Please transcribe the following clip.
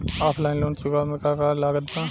Offline loan चुकावे म का का लागत बा?